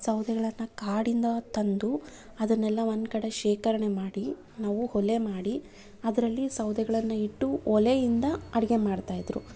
ಸೌದೆಗಳನ್ನು ಕಾಡಿಂದ ತಂದು ಅದನ್ನೆಲ್ಲ ಒಂದು ಕಡೆ ಶೇಖರಣೆ ಮಾಡಿ ನಾವು ಒಲೆ ಮಾಡಿ ಅದರಲ್ಲಿ ಸೌದೆಗಳನ್ನು ಇಟ್ಟು ಒಲೆಯಿಂದ ಅಡಿಗೆ ಮಾಡ್ತಾ ಇದ್ದರು